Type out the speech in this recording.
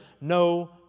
no